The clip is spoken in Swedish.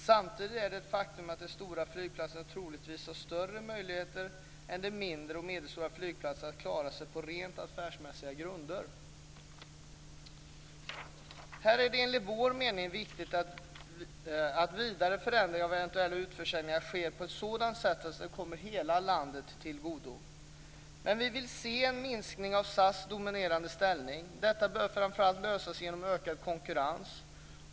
Samtidigt är det ett faktum att de stora flygplatserna troligtvis har större möjligheter än de mindre och medelstora flygplatserna att klara sig på rent affärsmässiga grunder. Här är det enligt vår mening viktigt att vidare förändringar och eventuella utförsäljningar sker på ett sådant sätt att de kommer hela landet till godo. Vi vill dock se en minskning av SAS dominerande ställning. Detta bör framför allt lösas genom ökad konkurrens.